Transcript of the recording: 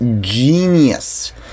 genius